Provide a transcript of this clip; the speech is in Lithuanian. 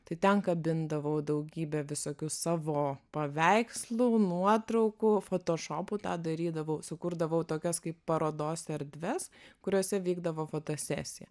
tai ten kabindavau daugybę visokių savo paveikslų nuotraukų fotošopų tą darydavau sukurdavau tokias kaip parodos erdves kuriose vykdavo fotosesija